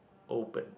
open